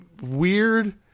weird